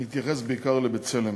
אני אתייחס בעיקר ל"בצלם".